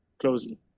closely